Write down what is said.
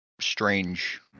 strange